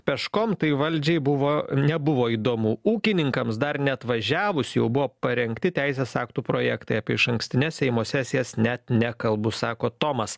peškom valdžiai buvo nebuvo įdomu ūkininkams dar neatvažiavus jau buvo parengti teisės aktų projektai apie išankstines seimo sesijas net nekalbu sako tomas